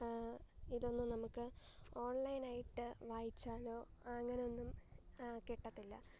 ഇതൊന്നും നമുക്ക് ഓൺലൈനായിട്ട് വായിച്ചാലോ അങ്ങനെയൊന്നും കിട്ടത്തില്ല